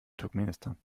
turkmenistan